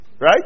Right